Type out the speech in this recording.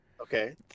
Okay